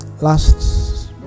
Last